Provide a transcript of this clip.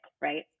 right